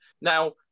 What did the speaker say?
Now